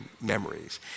memories